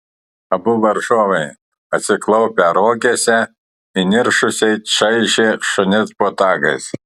abu varžovai atsiklaupę rogėse įniršusiai čaižė šunis botagais